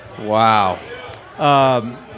Wow